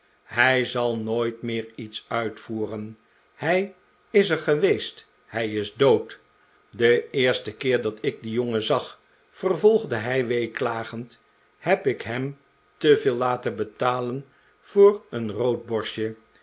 hij zal nooit meer jets uitvoeren hij is er geweest hij is dood den eersten keer dat ik dien jongen zag vervolgde hij weeklagend heb ik hem te veel laten betalen voor een roodborstje